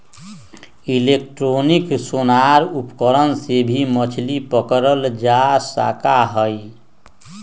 electronic sonar उपकरण से भी मछली पकड़ल जा सका हई